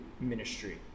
ministry